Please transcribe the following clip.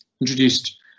introduced